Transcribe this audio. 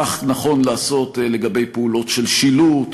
כך נכון לעשות לגבי פעולות של שילוט,